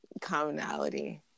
commonality